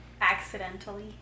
Accidentally